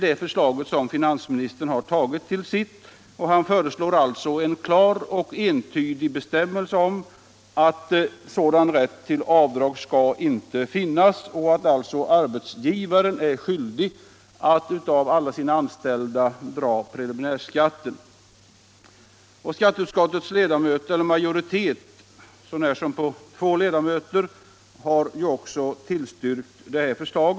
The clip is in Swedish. Det förslaget har finansministern gjort till sitt. Han föreslår alltså en klar och entydig bestämmelse om att sådan rätt till avdrag inte skall finnas och att arbetsgivaren är skyldig att av alla sina anställda dra preliminärskatt. Skatteutskottets ledamöter, så när som på två, har tillstyrkt förslaget.